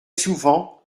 souvent